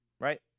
right